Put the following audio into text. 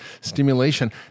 stimulation